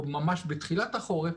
או ממש בתחילת החורף,